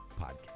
podcast